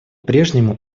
прежнему